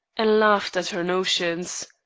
and laughed at her notions.